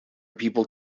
people